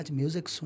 music